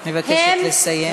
אני מבקשת לסיים.